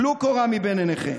טלו קורה מבין עיניכם.